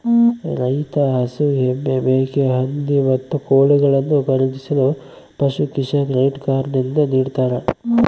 ರೈತ ಹಸು, ಎಮ್ಮೆ, ಮೇಕೆ, ಹಂದಿ, ಮತ್ತು ಕೋಳಿಗಳನ್ನು ಖರೀದಿಸಲು ಪಶುಕಿಸಾನ್ ಕ್ರೆಡಿಟ್ ಕಾರ್ಡ್ ನಿಂದ ನಿಡ್ತಾರ